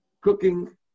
cooking